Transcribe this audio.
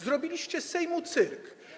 Zrobiliście z Sejmu cyrk.